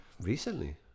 recently